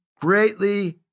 Greatly